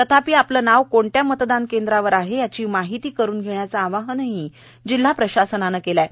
तथापिआपले नाव कोणत्या मतदान केंद्रावर आहे याची माहिती करून घेण्याचे आवाहनही जिल्हा प्रशासनाने केले आहे